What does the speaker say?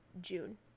June